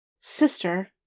Sister